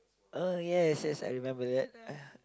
oh yes yes I remember that yeah